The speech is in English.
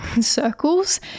circles